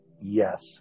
Yes